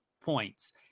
points